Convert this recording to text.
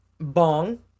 bong